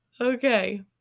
okay